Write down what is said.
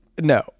no